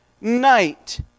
night